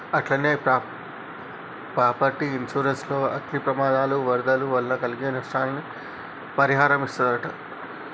అట్టనే property insurance లో అగ్ని ప్రమాదాలు, వరదల వల్ల కలిగే నస్తాలని పరిహారమిస్తరట